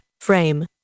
Frame